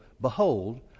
behold